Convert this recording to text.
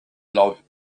love